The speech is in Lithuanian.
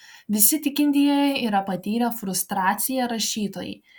visi tikintieji yra patyrę frustraciją rašytojai